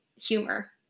humor